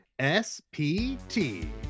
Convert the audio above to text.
SPT